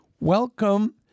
Welcome